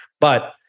But-